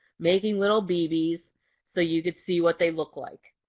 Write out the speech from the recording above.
making little bb's so you can see what they look like.